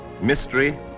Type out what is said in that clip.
mystery